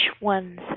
ones